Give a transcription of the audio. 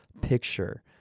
picture